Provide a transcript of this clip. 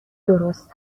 درست